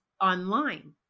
online